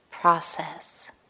process